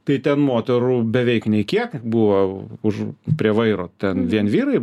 tai ten moterų beveik nei kiek buvo už prie vairo ten vien vyrai